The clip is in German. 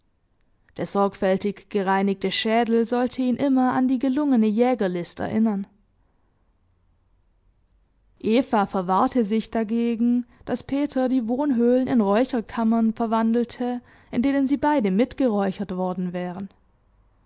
sorgfältig gereinigte schädel sollte ihn immer an die gelungene jägerlist erinnern eva verwahrte sich dagegen daß peter die wohnhöhlen in räucherkammern verwandelte in denen sie beide mitgeräuchert worden wären